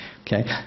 okay